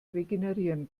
regenerieren